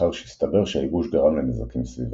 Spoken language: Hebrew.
לאחר שהסתבר שהייבוש גרם לנזקים סביבתיים.